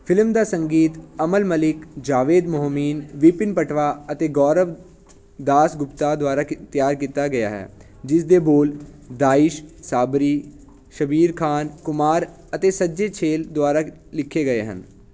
film ਦਾ ਸੰਗੀਤ ਅਮਲ ਮਲਿਕ ਜਾਵੇਦ ਮੋਹਸਿਨ ਵਿਪਿਨ ਪਟਵਾ ਅਤੇ ਗੌਰਵ ਦਾਸ ਗੁਪਤਾ ਦੁਆਰਾ ਕੀ ਤਿਆਰ ਕੀਤਾ ਗਿਆ ਹੈ ਜਿਸ ਦੇ ਬੋਲ ਦਾਨਿਸ਼ ਸਾਬਰੀ ਸ਼ਬੀਰ ਖਾਨ ਕੁਮਾਰ ਅਤੇ ਸੰਜੇ ਛੇਲ ਦੁਆਰਾ ਲਿਖੇ ਗਏ ਹਨ